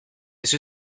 sue